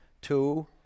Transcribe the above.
two